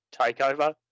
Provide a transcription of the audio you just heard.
TakeOver